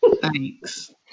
Thanks